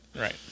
Right